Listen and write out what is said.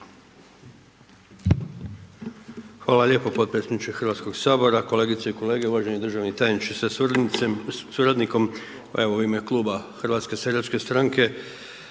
Hvala lijepo potpredsjedniče Hrvatskog sabora, kolegice i kolege, uvaženi državni tajniče sa suradnikom. Pa evo u ime kluba HSS-a mogu reći vezano